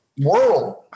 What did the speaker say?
world